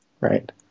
right